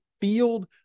field